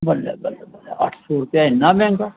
बल्ले बल्ले अट्ठ सौ रपेआ इन्ना मैहंगा